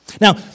Now